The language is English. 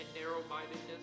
narrow-mindedness